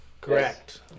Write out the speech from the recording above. correct